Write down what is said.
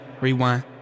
rewind